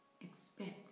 Expect